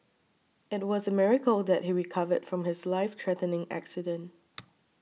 it was a miracle that he recovered from his life threatening accident